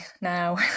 now